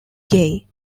gay